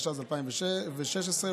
התשע"ז 2016,